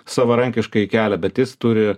savarankiškai kelia bet jis turi